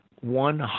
One